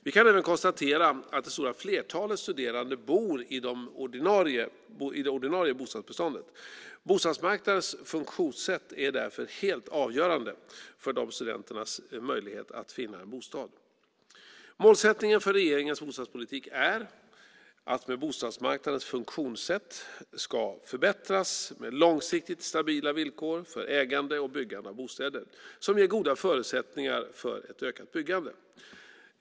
Vi kan även konstatera att det stora flertalet studerande bor i det ordinarie bostadsbeståndet. Bostadsmarknadens funktionssätt är därför helt avgörande för studenternas möjlighet att finna en bostad. Målsättningen för regeringens bostadspolitik är att bostadsmarknadens funktionssätt ska förbättras med långsiktigt stabila villkor för ägande och byggande av bostäder som ger goda förutsättningar för ett ökat byggande.